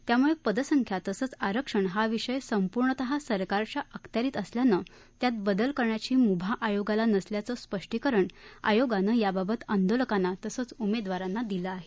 त्यामुळे पदसंख्या तसेच आरक्षण हा विषय संपूर्णतः सरकारच्या अखत्यारीत असल्यानं त्यात बदल करण्याची मुभा आयोगाला नसल्याचं स्पष्टीकरण आयोगानं याबाबत आंदोलकांना तसंच उमेदवारांना दिलं आहे